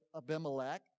Abimelech